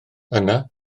yna